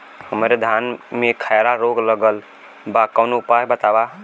हमरे धान में खैरा रोग लगल बा कवनो उपाय बतावा?